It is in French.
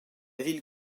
ville